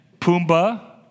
Pumbaa